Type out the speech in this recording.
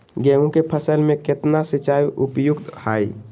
गेंहू के फसल में केतना सिंचाई उपयुक्त हाइ?